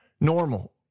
normal